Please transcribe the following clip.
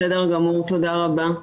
בסדר גמור, תודה רבה.